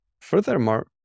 Furthermore